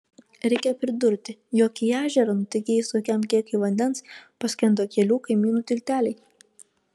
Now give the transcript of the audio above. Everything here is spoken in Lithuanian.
reikia pridurti jog į ežerą nutekėjus tokiam kiekiui vandens paskendo kelių kaimynų tilteliai